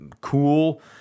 cool